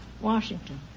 Washington